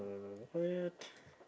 um what